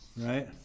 right